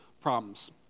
problems